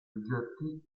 oggetti